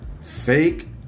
Fake